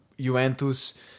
Juventus